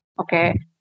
okay